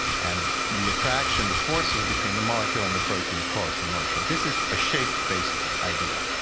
and the attraction, the forces, between the molecule and the protein cause the motion. this is a shape-based idea.